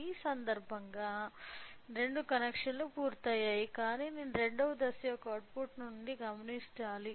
ఈ సందర్భంలోనా కనెక్షన్లు పూర్తయ్యాయి కాని నేను రెండవ దశ యొక్క అవుట్పుట్ నుండి గమనించాలి